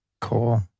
Cool